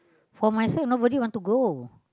for myself nobody want to go